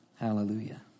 Hallelujah